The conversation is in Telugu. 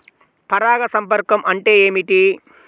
పరాగ సంపర్కం అంటే ఏమిటి?